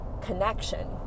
connection